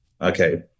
okay